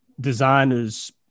Designers